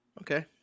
Okay